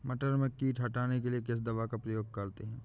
मटर में कीट हटाने के लिए किस दवा का प्रयोग करते हैं?